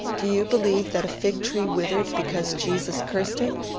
do you believe that a fig-tree withered because jesus cursed it?